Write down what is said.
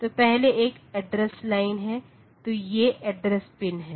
तो पहले एक एड्रेस लाइनें हैं तो ये एड्रेस पिन हैं